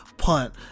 Punt